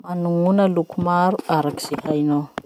Manognona loko maro araky ze hainao.